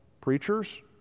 preachers